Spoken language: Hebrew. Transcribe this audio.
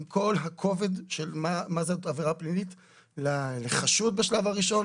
עם כל הכובד של מה זאת עבירה פלילית לחשוד בשלב הראשון,